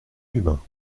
humain